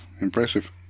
Impressive